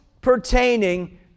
pertaining